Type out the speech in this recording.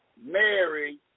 Mary